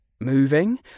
Moving